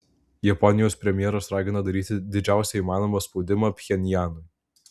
japonijos premjeras ragina daryti didžiausią įmanomą spaudimą pchenjanui